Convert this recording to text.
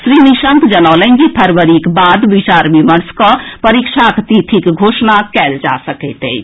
श्री निशंक जनौलनि जे फरवरीक बाद विचार विमर्श कऽ परीक्षाक तिथिक घोषणा कएल जा सकैत अछि